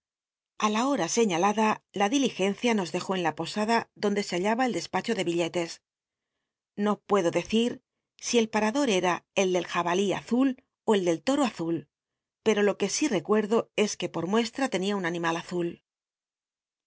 á la bora señalada la diligencia nos dejó en la posada donde se hallaba el despacho de billetes xo puedo decir si el paradot era el del jabalí azul ó el del tol'o awl pero lo que sí recuerdo es que j oi mue lm lcnia un animal awl